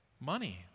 Money